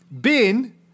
Bin